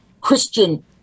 christian